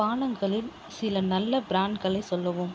பானங்களில் சில நல்ல பிராண்ட்களை சொல்லவும்